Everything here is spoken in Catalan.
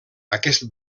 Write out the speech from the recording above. aquest